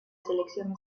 selección